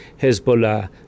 Hezbollah